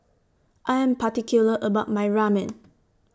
I Am particular about My Ramen